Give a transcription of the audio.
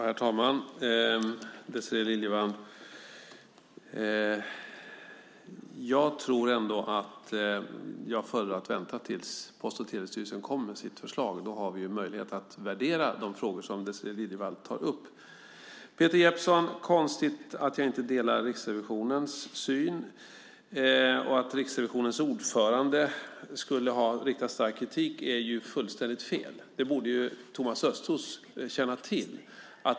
Herr talman! Jag tror att jag föredrar att vänta tills Post och telestyrelsen kommer med sitt förslag, Désirée Liljevall. Då har vi ju möjlighet att värdera de frågor som Désirée Liljevall tar upp. Peter Jeppsson tycker att det är konstigt att jag inte delar Riksrevisionens syn. Att Riksrevisionens ordförande skulle ha riktat stark kritik är fullständigt fel. Det borde Thomas Östros känna till.